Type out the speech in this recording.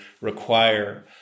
require